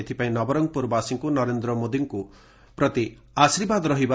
ଏଥିପାଇଁ ନବରଙଗପୁରବାସୀଙ୍କ ନରେନ୍ଦ ମୋଦିଙ୍କୁ ପ୍ରତି ଆଶୀର୍ବାଦ ରହିବ